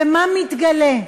ומה מתגלה?